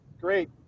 great